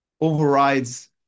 overrides